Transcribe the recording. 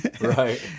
Right